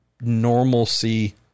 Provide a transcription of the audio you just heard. normalcy